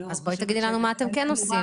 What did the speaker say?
אז בואי תגידי לנו מה אתם כן עושים.